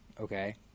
okay